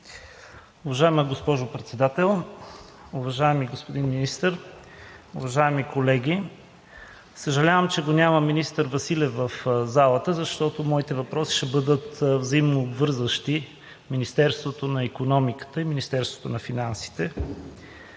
Уважаема госпожо Председател, уважаеми господин Министър, уважаеми колеги! Съжалявам, че го няма министър Василев в залата, защото моите въпроси ще бъдат взаимно обвързващи – Министерството на икономиката и Министерството на финансите.